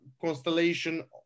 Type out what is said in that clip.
constellation